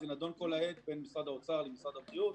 זה נדון כל העת בין משרד האוצר למשרד הבריאות,